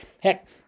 Heck